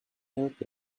help